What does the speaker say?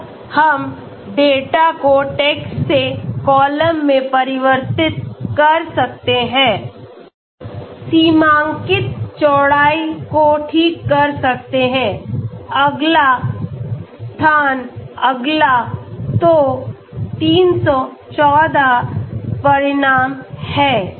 तो हम डेटा को टेक्स्ट से कॉलम में परिवर्तित कर सकते हैं सीमांकित चौड़ाईको ठीक कर सकते हैं अगला स्थान अगला तो 314 परिणाम है